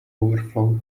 overflow